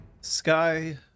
Sky